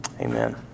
Amen